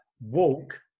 walk